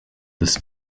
des